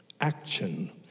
action